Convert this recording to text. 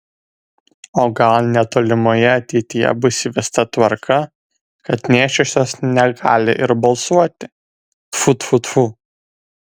o gal netolimoje ateityje bus įvesta tvarka kad nėščiosios negali ir balsuoti tfu tfu tfu